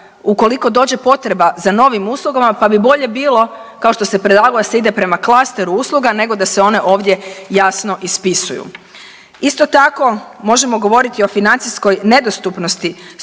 ukoliko dođe potreba za novim uslugama, pa bi bolje bilo kao što se predlagalo da se ide prema klasteru usluga, nego da se one ovdje jasno ispisuju. Isto tako možemo govoriti o financijskoj nedostupnosti